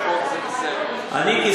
אני,